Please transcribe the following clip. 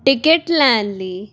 ticket ਲੈਣ ਲਈ